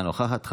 אינה נוכחת,